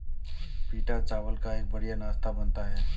पीटा चावल का एक बढ़िया नाश्ता बनता है